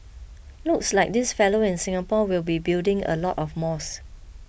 looks like this fellow in Singapore will be building a lot of mosques